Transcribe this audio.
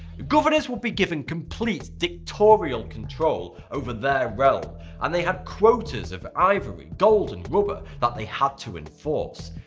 governors would be given complete dictatorial control over their realm and they had quotas of ivory, gold and rubber that they had to enforce.